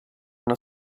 una